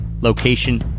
Location